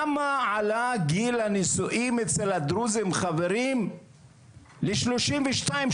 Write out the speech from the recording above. למה עלה גיל הנישואין אצל הדרוזים לשלושים ושתיים,